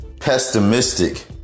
pessimistic